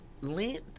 length